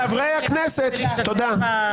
חברי הכנסת, תודה.